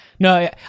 No